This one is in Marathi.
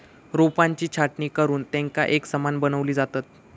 रोपांची छाटणी करुन तेंका एकसमान बनवली जातत